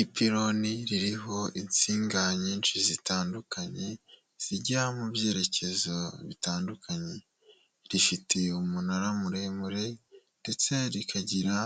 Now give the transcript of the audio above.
Ipironi ririho insinga nyinshi zitandukanye zijya mu byerekezo bitandukanye, rifite umunara muremure ndetse rikagira